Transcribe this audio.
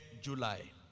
July